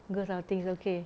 girls outing is okay